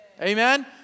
Amen